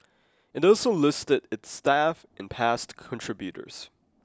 it also listed its staff and past contributors